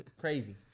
Crazy